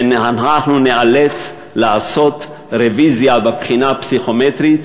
ואנחנו ניאלץ לעשות רוויזיה בבחינה הפסיכומטרית